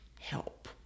help